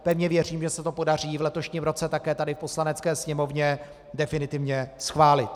Pevně věřím, že se to podaří v letošním roce také tady v Poslanecké sněmovně definitivně schválit.